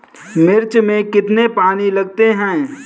मिर्च में कितने पानी लगते हैं?